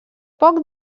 poc